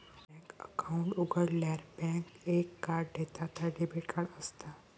bank account उघाडल्यार bank एक card देता ता डेबिट कार्ड असता